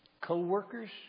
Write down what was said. co-workers